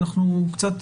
אנחנו קצת,